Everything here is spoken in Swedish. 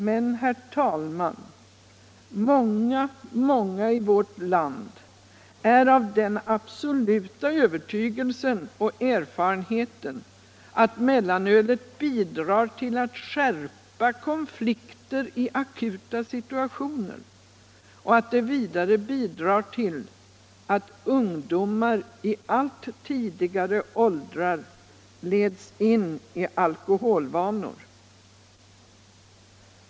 Men, herr talman, många, många i vårt land har den absoluta övertygelsen och erfarenheten att mellanölet bidrar till att skärpa konflikter i akuta situationer och att det vidare bidrar till att ungdomar i allt tidigare åldrar leds in i alkoholvanor.